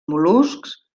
mol·luscs